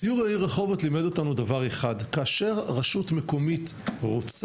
הסיור לעיר רחובות לימד אותנו דבר אחד - כאשר רשות מקומית רוצה,